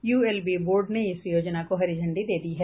ULB board ने इस योजना को हरी झंडी दे दी है